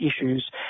issues